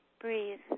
Breathe